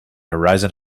horizon